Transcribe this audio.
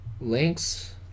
links